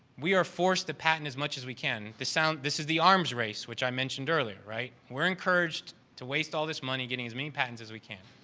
we are forced to patent as much as we can. the sound this is the arms race, which i mentioned earlier, right? we're encouraged to waste all this money getting as many patents as we can.